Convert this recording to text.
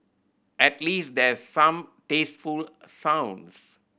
at least there's some tasteful sounds